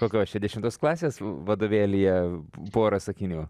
kokios čia dešimtos klasės vadovėlyje pora sakinių